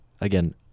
again